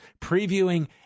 previewing